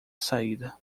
saída